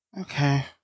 Okay